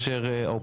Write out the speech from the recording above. בזמנו